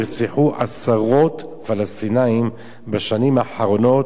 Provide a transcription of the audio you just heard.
נרצחו עשרות פלסטינים בשנים האחרונות